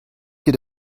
ket